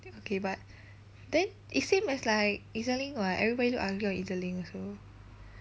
okay but then it's same as like EZ-link [what] everybody look ugly on EZ-link also